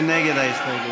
מי נגד ההסתייגות?